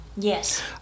Yes